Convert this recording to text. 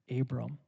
Abram